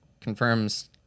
confirms